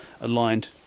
aligned